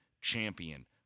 champion